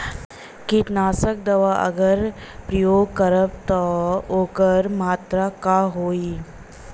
कीटनाशक दवा अगर प्रयोग करब त ओकर मात्रा का होई?